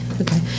Okay